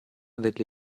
delle